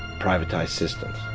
privatized systems.